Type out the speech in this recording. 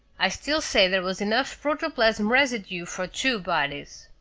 i still say there was enough protoplasm residue for two bodies.